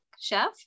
chef